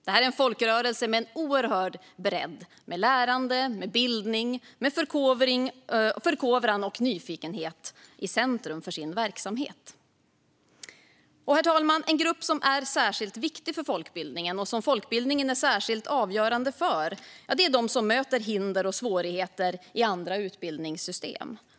Det är en folkrörelse med oerhörd bredd och med lärande, bildning, förkovran och nyfikenhet i centrum för sin verksamhet. Herr talman! En grupp som är särskilt viktig för folkbildningen, och som folkbildningen är särskilt avgörande för, är den som möter hinder och svårigheter i andra utbildningssystem.